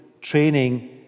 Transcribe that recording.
training